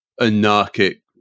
anarchic